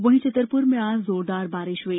वहीं छतरपुर में आज जोरदार बारिश हुई